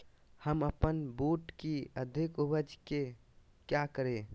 हम अपन बूट की अधिक उपज के क्या करे?